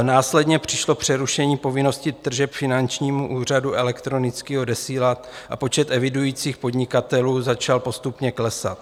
Následně přišlo přerušení povinnosti tržeb finančnímu úřadu elektronicky odesílat a počet evidujících podnikatelů začal postupně klesat.